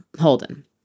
Holden